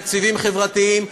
תקציבים חברתיים,